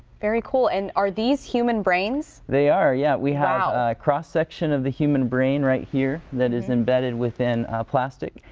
very cool. and are these human brings? they are. yeah we have cross-section of the human brain right here. that is embedded within plastic.